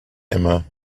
emma